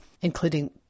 including